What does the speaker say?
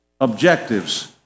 objectives